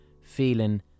feeling